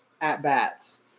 at-bats